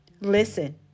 Listen